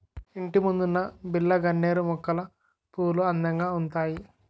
ఇంటిముందున్న బిల్లగన్నేరు మొక్కల పువ్వులు అందంగా ఉంతాయి